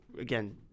again